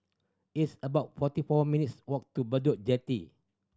it's about forty four minutes' walk to Bedok Jetty